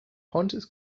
pontus